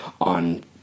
on